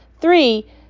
Three